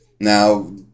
Now